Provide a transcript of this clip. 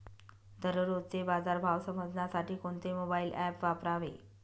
दररोजचे बाजार भाव समजण्यासाठी कोणते मोबाईल ॲप वापरावे?